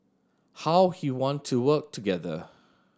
how he want to work together